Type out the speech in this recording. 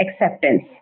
acceptance